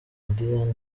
diane